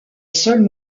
seule